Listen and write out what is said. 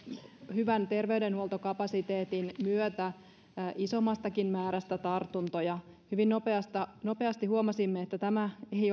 hyvän terveydenhuoltokapasiteetin myötä isommastakin määrästä tartuntoja hyvin nopeasti nopeasti huomasimme että tämä